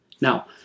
now